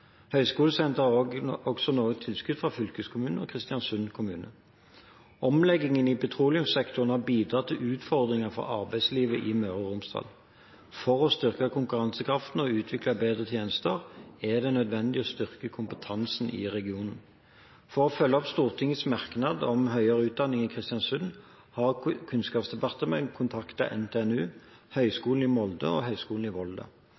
også noe tilskudd fra fylkeskommunen og Kristiansund kommune. Omleggingen i petroleumssektoren har bidratt til utfordringer for arbeidslivet i Møre og Romsdal. For å styrke konkurransekraften og utvikle bedre tjenester er det nødvendig å styrke kompetansen i regionen. For å følge opp Stortingets merknad om høyere utdanning i Kristiansund har Kunnskapsdepartementet kontaktet NTNU, Høgskolen i Molde og Høgskulen i Volda.